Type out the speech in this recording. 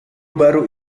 baru